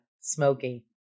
smoky